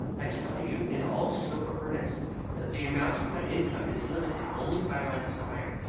i tell you in all sober earnest that the amount of my income is limited only by my desire,